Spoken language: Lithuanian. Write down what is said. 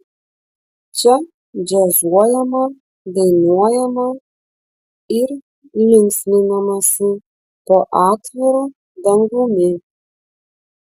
čia džiazuojama dainuojama ir linksminamasi po atviru dangumi